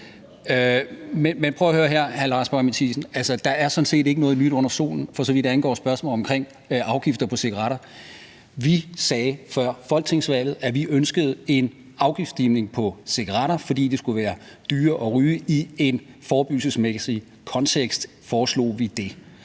Men prøv at høre her, hr. Lars Boje Mathiesen: Der er sådan set ikke noget nyt under solen, for så vidt angår spørgsmålet om afgifter på cigaretter. Vi sagde før folketingsvalget, at vi ønskede en afgiftsstigning på cigaretter, fordi det skulle være dyrere at ryge – i en forebyggelsesmæssig kontekst foreslog vi det.